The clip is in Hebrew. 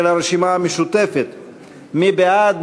של הרשימה המשותפת, מי בעד?